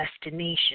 destination